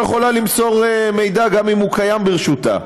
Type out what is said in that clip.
יכולה למסור מידע גם אם הוא קיים ברשותה.